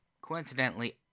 coincidentally